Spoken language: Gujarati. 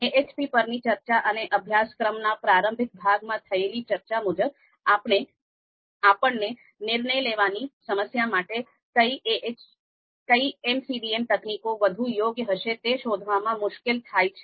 AHP પરની ચર્ચા અને અભ્યાસક્રમના પ્રારંભિક ભાગમાં થયેલી ચર્ચા મુજબ આપણને નિર્ણય લેવાની સમસ્યા માટે કઈ MCDM તકનીકો વધુ યોગ્ય હશે તે શોધવામાં મુશ્કેલ થાય છે